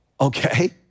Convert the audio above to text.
okay